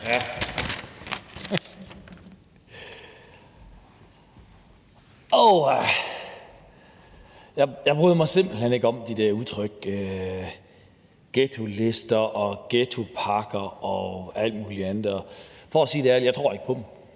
Jeg bryder mig simpelt hen ikke om de der udtryk ghettolister og ghettopakker og alt muligt andet. For at sige det ærligt tror jeg ikke på dem.